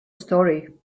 story